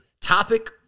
Topic